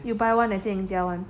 you buy one ah 杰迎家 one